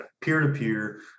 peer-to-peer